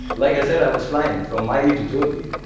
like i said, i was flying, from miley to jolie,